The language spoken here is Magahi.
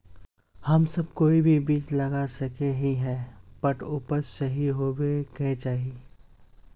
हम सब कोई भी बीज लगा सके ही है बट उपज सही होबे क्याँ चाहिए?